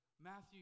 Matthew